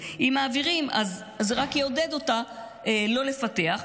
אז זה רק יעודד אותה לא לפתח,